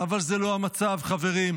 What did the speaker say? אבל זה לא המצב, חברים.